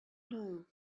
knew